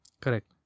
Correct